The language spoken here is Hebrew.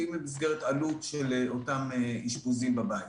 ואם במסגרת עלות של אותם אשפוזים בבית.